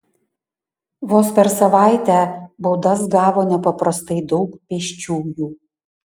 vos per savaitę baudas gavo nepaprastai daug pėsčiųjų